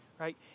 right